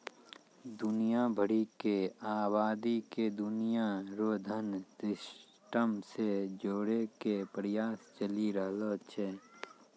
दुनिया भरी के आवादी के दुनिया रो धन सिस्टम से जोड़ेकै प्रयास चली रहलो छै